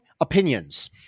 opinions